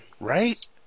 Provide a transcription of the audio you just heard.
Right